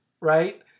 Right